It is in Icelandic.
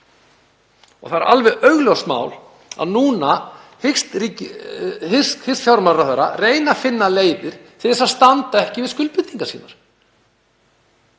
Það er alveg augljóst mál að núna hyggst fjármálaráðherra reyna að finna leiðir til þess að standa ekki við skuldbindingar sínar.